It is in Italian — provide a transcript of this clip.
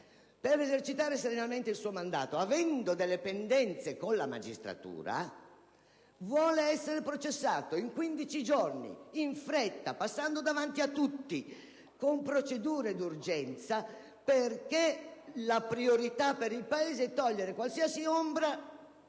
Presidente del Consiglio - il suo mandato, avendo delle pendenze con la magistratura, vuole essere processato in 15 giorni, in fretta, passando davanti a tutti, con procedure d'urgenza, perché la priorità per il Paese è togliere qualsiasi ombra